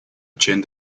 chen